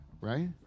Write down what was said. right